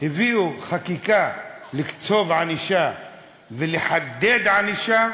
הביאו חקיקה לקצוב ענישה ולחדד ענישה,